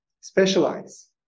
specialize